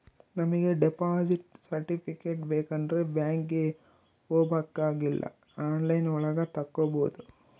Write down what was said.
ನಮಿಗೆ deposit certificate ಬೇಕಂಡ್ರೆ ಬ್ಯಾಂಕ್ಗೆ ಹೋಬಾಕಾಗಿಲ್ಲ ಆನ್ಲೈನ್ ಒಳಗ ತಕ್ಕೊಬೋದು